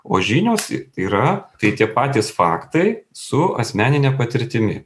o žinios yra tai tie patys faktai su asmenine patirtimi